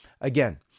Again